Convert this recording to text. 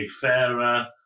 fairer